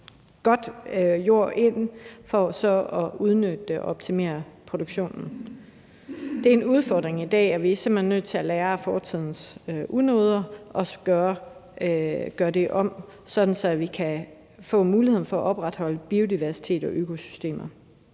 god jord ind for så at udnytte det for at optimere produktionen. Det er en udfordring i dag, og vi er simpelt hen nødt til at lære af fortidens unoder og også gøre det om, sådan at vi kan få muligheden for at opretholde biodiversiteten og økosystemerne.